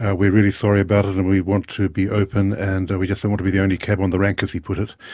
ah really sorry about it and we want to be open and we just don't want to be the only cab on the rank, as he put it.